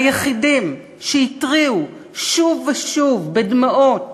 והיחידים שהתריעו שוב ושוב, בדמעות,